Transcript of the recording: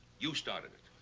you started it.